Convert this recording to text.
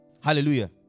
Hallelujah